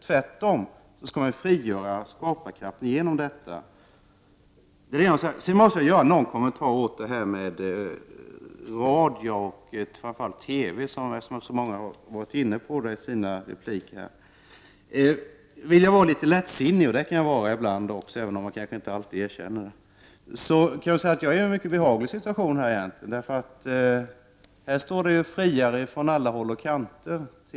Tvärtom kan man därigenom frigöra skaparkrafter. Sedan måste jag ta upp frågan om radio och TV som så många har varit inne på i sina tidigare repliker. Om jag vill vara lättsinnig, och det kan jag ibland vara även om jag inte alltid vill erkänna det, kan jag säga att jag är i en mycket behaglig situation. Här står friare till socialdemokrater från alla håll och kanter.